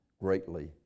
greatly